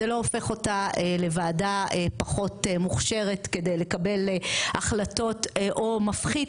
זה לא הופך אותה לוועדה פחות מוכשרת כדי לקבל החלטות או מפחית